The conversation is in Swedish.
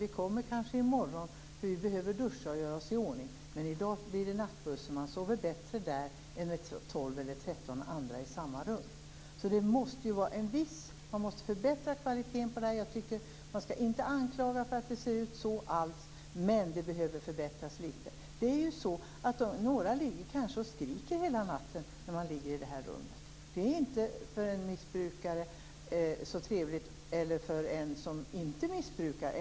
Vi kommer kanske i morgon eftersom vi behöver duscha och göra oss i ordning, men i dag blir det nattbussen. Man sover bättre där än med 12-13 andra i samma rum." Man måste förbättra kvaliteten på härbärgena. Man skall inte anklaga dem för att de ser ut så här, men de behöver förbättras litet. Några ligger kanske och skriker hela natten i det här rummet. Det är inte så trevligt för en missbrukare, och ännu mindre för en som inte missbrukar.